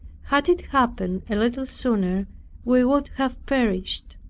had it happened a little sooner, we would have perished.